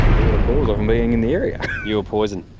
we were the cause of them being in the area. you were poison.